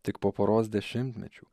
tik po poros dešimtmečių